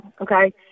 okay